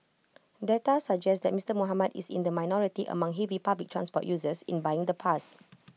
data suggest that Mister Muhammad is in the minority among heavy public transport users in buying the pass